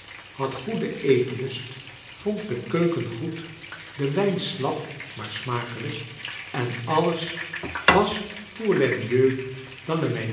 had goeden eetlust vond de keuken goed den wijn slap maar smakelijk en alles was